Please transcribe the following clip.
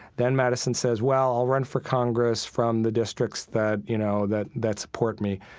then madison says well i'll run for congress from the districts that, you know, that that support me.